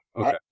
Okay